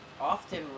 often